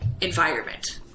environment